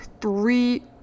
Three